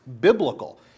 biblical